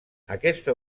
aquesta